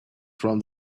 from